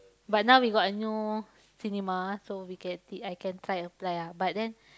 but now we got a new cinema so we can I can try apply ah but then